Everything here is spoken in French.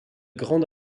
grande